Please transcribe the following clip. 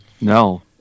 No